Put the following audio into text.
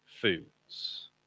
foods